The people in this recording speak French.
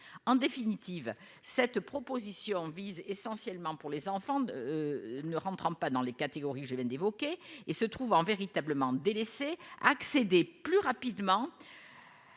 en définitive, cette proposition vise essentiellement pour les enfants, ne rentrant pas dans les catégories, je viens d'évoquer et se trouve en véritablement délaissé accéder plus rapidement